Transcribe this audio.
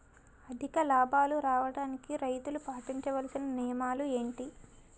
అధిక లాభాలు రావడానికి రైతులు పాటించవలిసిన నియమాలు ఏంటి